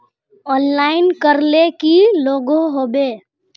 Online करले की लागोहो होबे?